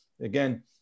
Again